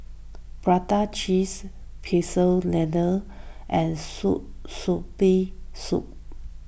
Prata Cheese Pecel Lele and Sour Spicy Soup